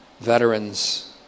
veterans